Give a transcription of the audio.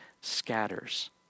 scatters